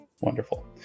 Wonderful